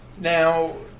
now